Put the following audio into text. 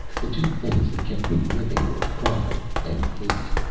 the two things that kept me living were pride and hate.